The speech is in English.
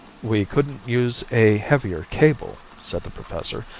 we couldn't use a heavier cable, said the professor,